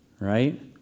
right